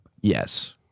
Yes